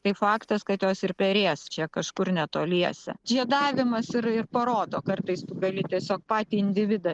tai faktas kad jos ir perės čia kažkur netoliese žiedavimas ir ir parodo kartais gali tiesiog patį individą